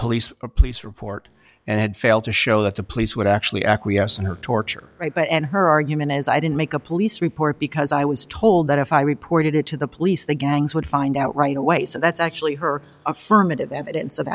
police a police report and had failed to show that the police would actually acquiesce in her torture rape and her argument is i didn't make a police report because i was told that if i reported it to the police the gangs would find out right away so that's actually her affirmative evidence